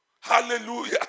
Hallelujah